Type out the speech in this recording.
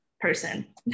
person